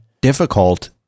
difficult